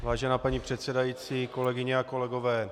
Vážená paní předsedající, kolegyně a kolegové.